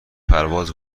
پرواز